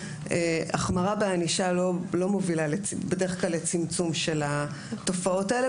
החמרה בענישה לא מובילה בדרך כלל לצמצום של התופעות האלה,